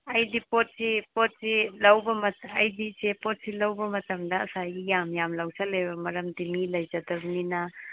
ꯑꯩꯗꯤ ꯄꯣꯠꯁꯤ ꯂꯧꯕ ꯑꯩꯗꯤ ꯏꯆꯦ ꯄꯣꯠꯁꯤ ꯂꯧꯕ ꯃꯇꯝꯗ ꯉꯁꯥꯏꯒꯤ ꯌꯥꯝ ꯌꯥꯝ ꯂꯧꯁꯜꯂꯦꯕ ꯃꯔꯝꯗꯤ ꯃꯤ ꯂꯩꯖꯗꯕꯅꯤꯅ